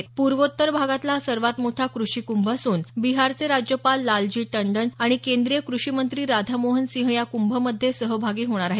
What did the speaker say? प्र्वोत्तर भागातला हा सर्वात मोठा कृषी कृंभ असून बिहारचे राज्यपाल लालजी टंडन आणि केंद्रीय कृषी मंत्री राधा मोहन सिंह या क्भमध्ये सहभागी होणार आहेत